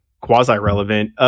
quasi-relevant